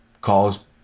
calls